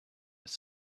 with